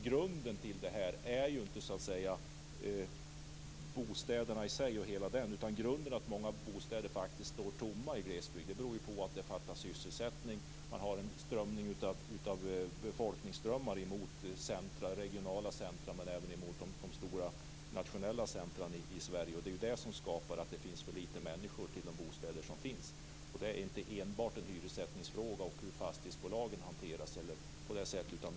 Grunden till problemen är inte bostäderna i sig. Anledningen till att många bostäder står tomma i glesbygd är att det fattas sysselsättning. Befolkningsströmmar går mot regionala centrum, men även mot de stora nationella centrumen i Sverige. Det är det som gör att det finns för få människor till de bostäder som finns. Det är inte enbart en hyressättningsfråga, och det handlar inte enbart om hur fastighetsbolagen hanteras.